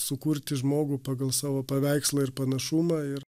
sukurti žmogų pagal savo paveikslą ir panašumą ir